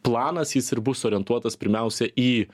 planas jis ir bus orientuotas pirmiausia į